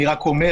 אני רק אומר,